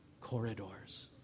corridors